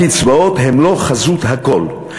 הקצבאות הן לא חזות הכול.